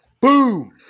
Boom